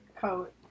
coat